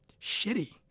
shitty